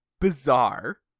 Bizarre